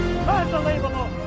Unbelievable